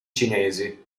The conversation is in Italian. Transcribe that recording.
cinesi